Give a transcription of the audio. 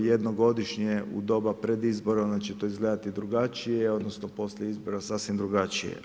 jednom godišnje, u doba pred izbora onda će to izgledati drugačije odnosno poslije izbora sasvim drugačije.